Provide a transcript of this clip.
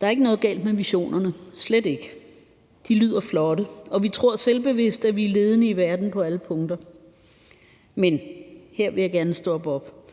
Der er ikke noget galt med visionerne, slet ikke, de lyder flotte, og vi tror selvbevidst, at vi er ledende i verden på alle punkter. Men her vil jeg gerne stoppe op.